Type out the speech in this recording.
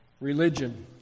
religion